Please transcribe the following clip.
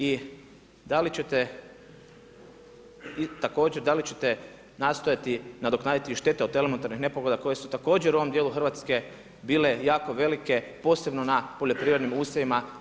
I da li ćete također da li ćete nastojati nadoknaditi štete od elementarnih nepogoda koje su također u ovom dijelu Hrvatske bile jako velike posebno na poljoprivrednim usjevima?